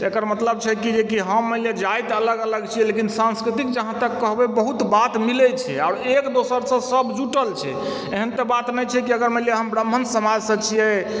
तऽ एकर मतलब छै कि जे कि हम मानि लिअ जाति अलग अलग छियै लेकिन संस्कृति जहाँ तक कहबै बहुत बात मिलैत छै आओर एक दोसरसँ सभ जुटल छै एहन तऽ बात नहि छै अगर मानि लिअ हम ब्राह्मण समाजसँ छियै